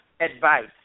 advice